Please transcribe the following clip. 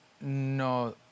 no